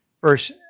Verse